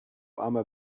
armer